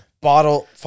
bottle